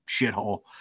shithole